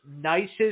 nicest